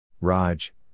Raj